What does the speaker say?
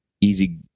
easy